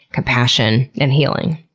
compassion, and healing.